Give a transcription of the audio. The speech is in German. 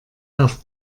auf